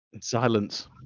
silence